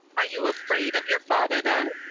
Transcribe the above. are you afraid of your father then?